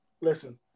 listen